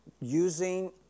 using